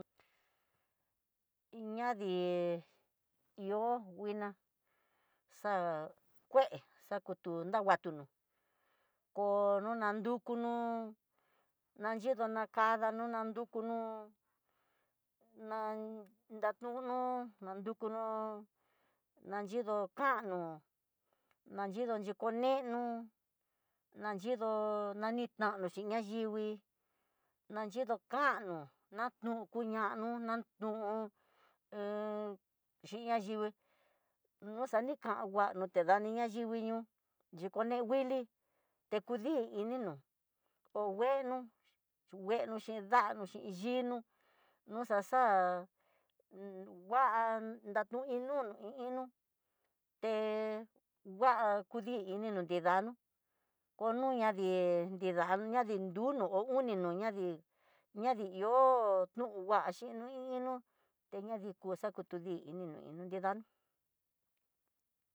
Iin ña di ihó nguina xa kue xa kutu, dangutunu koo no nan dukuno, nanyido nakadanró no nadukunún naanunun, dandunu nayidó kanú nayido xhikonenó, nanyido nanitanixhi nayingui nayido kano, nanuyukuña nú nan nuú he xhin ayivii noxanikangua no te dani ñayivii ñoo yoné wuili te di ininó ho ngueno, nguno xhi danoxi yinó no xaxa nguan datun iin nunu iin inó te ngua kudí, ti ino nidano konoña dídana nriyunu no hu ñuña dii ña di ihó nu nguaxhi no i inó teña kuxa tu uno di inó nridanó.